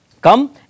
come